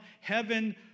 heaven